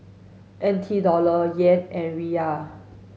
N T Dollar Yen and Riyal